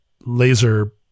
laser